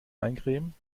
eincremen